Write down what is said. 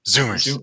Zoomers